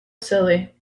silly